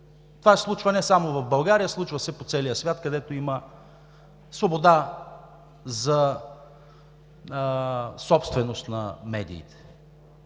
Това се случва не само в България, случва се по целия свят, където има свобода за собственост на медиите.